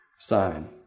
sign